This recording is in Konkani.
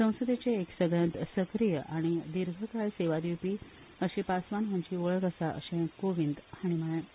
संसदेचे एक सगळ्यांत सक्रीय आनी दिर्घकाळ सेवा दिवपी अशी पासवान हांची वळख आसा अशें कोवींद हांणी म्हळें